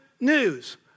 News